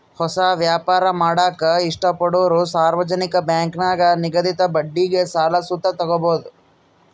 ಹೊಸ ವ್ಯಾಪಾರ ಮಾಡಾಕ ಇಷ್ಟಪಡೋರು ಸಾರ್ವಜನಿಕ ಬ್ಯಾಂಕಿನಾಗ ನಿಗದಿತ ಬಡ್ಡಿಗೆ ಸಾಲ ಸುತ ತಾಬೋದು